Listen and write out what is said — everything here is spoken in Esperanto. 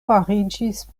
fariĝis